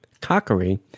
Cockery